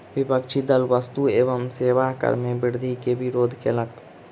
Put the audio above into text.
विपक्षी दल वस्तु एवं सेवा कर मे वृद्धि के विरोध कयलक